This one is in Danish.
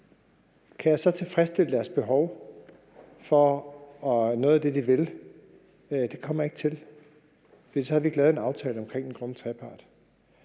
Kan jeg så tilfredsstille deres behov og gøre det, de vil? Det kommer jeg ikke til, for så havde vi ikke lavet en aftale i den grønne trepart.